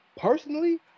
personally